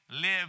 live